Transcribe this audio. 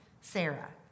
Sarah